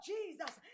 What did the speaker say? Jesus